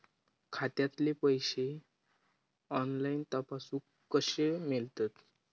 खात्यातले पैसे ऑनलाइन तपासुक कशे मेलतत?